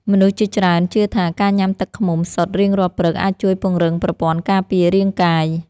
មនុស្សជាច្រើនជឿថា ការញ៉ាំទឹកឃ្មុំសុទ្ធរៀងរាល់ព្រឹកអាចជួយពង្រឹងប្រព័ន្ធការពាររាងកាយ។